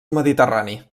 mediterrani